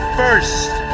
first